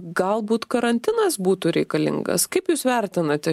galbūt karantinas būtų reikalingas kaip jūs vertinate